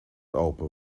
open